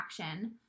action